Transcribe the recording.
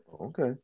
Okay